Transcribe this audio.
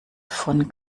von